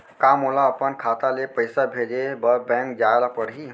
का मोला अपन खाता ले पइसा भेजे बर बैंक जाय ल परही?